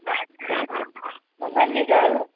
मुङनि जी दाल